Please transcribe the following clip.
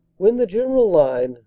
when the general line,